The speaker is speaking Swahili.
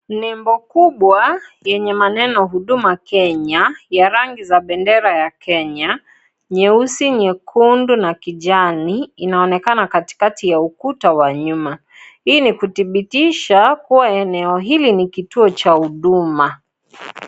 Nembo kubwa yenye maneno huduma Kenya ya rangi za bendera ya Kenya, nyeusi, nyekundu na kijani inaonekana katikati ya ukuta wa nyuma. Hii ni kuthibitisha kuwa eneo hili ni kituo cha huduma.